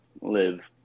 live